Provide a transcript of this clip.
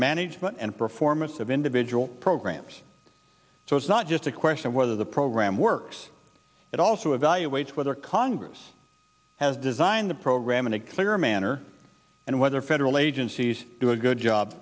management and performance of individual programs so it's not just a question of whether the program works but also evaluates whether congress has designed the program in a clear manner and whether federal agencies do a good job